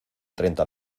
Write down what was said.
treinta